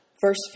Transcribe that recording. verse